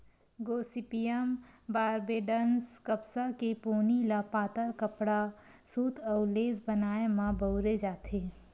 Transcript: Gossypium barbadense कपसा के पोनी ल पातर कपड़ा, सूत अउ लेस बनाए म बउरे जाथे